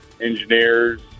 engineers